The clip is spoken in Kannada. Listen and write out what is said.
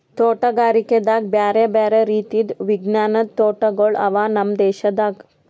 ತೋಟಗಾರಿಕೆದಾಗ್ ಬ್ಯಾರೆ ಬ್ಯಾರೆ ರೀತಿದು ವಿಜ್ಞಾನದ್ ತೋಟಗೊಳ್ ಅವಾ ನಮ್ ದೇಶದಾಗ್